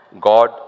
God